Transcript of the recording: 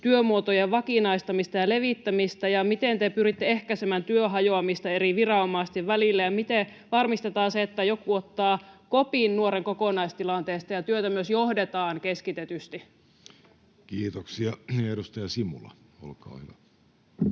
työmuotojen vakinaistamista ja levittämistä ja miten te pyritte ehkäisemään työn hajoamista eri viranomaisten välillä ja miten varmistetaan se, että joku ottaa kopin nuoren kokonaistilanteesta ja työtä myös johdetaan keskitetysti. Kiitoksia. — Edustaja Simula, olkaa hyvä.